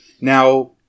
Now